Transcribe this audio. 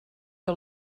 que